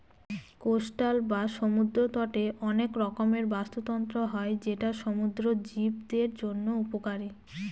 coastal বা সমুদ্র তটে অনেক রকমের বাস্তুতন্ত্র হয় যেটা সমুদ্র জীবদের জন্য উপকারী